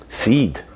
seed